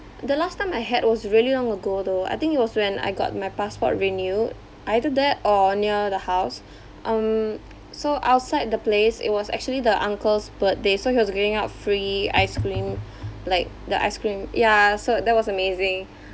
the last time I had was really long ago though I think it was when I got my passport renewed either that or near the house um so outside the place it was actually the uncle's birthday so he was giving out free ice-cream like the ice-cream ya so that was amazing